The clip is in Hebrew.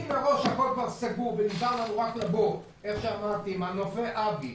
אם מראש הכול כבר סגור ונותר לנו רק לבוא עם מנופי אבי,